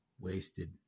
wasted